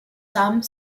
some